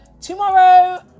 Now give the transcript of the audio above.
tomorrow